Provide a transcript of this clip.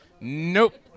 Nope